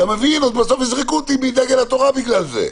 בסוף יזרקו אותי מדגל התורה בגלל זה.